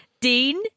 Dean